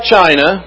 China